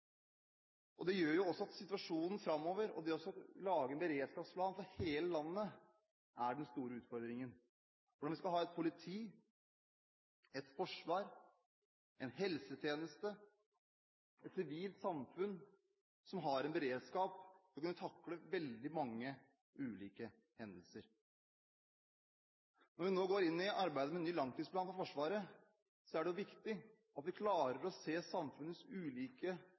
Det gjør jo også at situasjonen framover og det å lage en beredskapsplan for hele landet er den store utfordringen – hvordan vi skal ha et politi, et forsvar, en helsetjeneste, et sivilt samfunn, som har en beredskap som kan takle veldig mange ulike hendelser. Når vi nå går inn i arbeidet med ny langtidsplan for Forsvaret, er det viktig at vi klarer å se samfunnets ulike